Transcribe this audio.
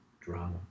drama